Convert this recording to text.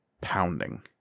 pounding